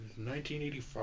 1985